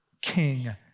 King